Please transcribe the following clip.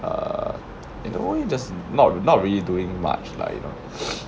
err you know you just not not really doing much lah you know